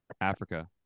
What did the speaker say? Africa